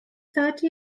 thirty